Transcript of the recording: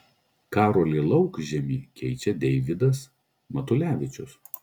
karolį laukžemį keičia deivydas matulevičius